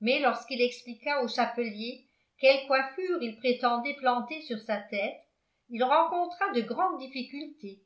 mais lorsqu'il expliqua au chapelier quelle coiffure il prétendait planter sur sa tête il rencontra de grandes difficultés